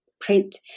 print